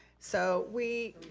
so we,